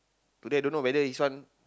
today don't know whether this one